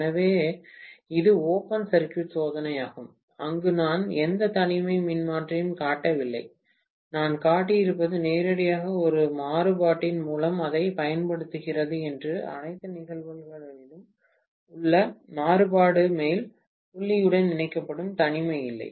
எனவே இது open circuit சோதனையாகும் அங்கு நான் எந்த தனிமை மின்மாற்றியையும் காட்டவில்லை நான் காட்டியிருப்பது நேரடியாக ஒரு மாறுபாட்டின் மூலம் அதைப் பயன்படுத்துகிறது மற்றும் அனைத்து நிகழ்தகவுகளிலும் உள்ள மாறுபாடு மேல் புள்ளியுடன் இணைக்கப்படும் தனிமை இல்லை